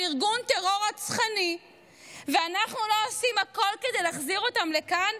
ארגון טרור רצחני ואנחנו לא עושים הכול כדי להחזיר אותם לכאן?